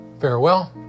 farewell